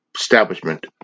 establishment